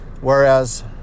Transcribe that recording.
whereas